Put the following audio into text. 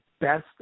best